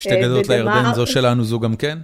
שתי גדות לירדן זו שלנו, זו גם כן.